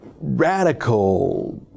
radical